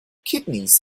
kidneys